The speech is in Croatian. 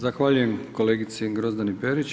Zahvaljujem kolegici Grozdani Perić.